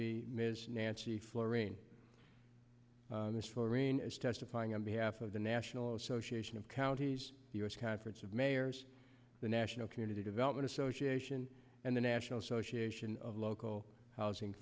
be ms nancy fluorine for ina's testifying on behalf of the national association of counties the u s conference of mayors the national community development association and the national association of local housing